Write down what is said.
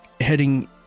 Heading